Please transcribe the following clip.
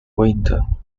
winter